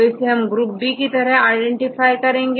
तो इसे group B की तरह आईडेंटिफाई किया जाएगा